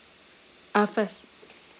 uh first